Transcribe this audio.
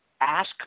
ask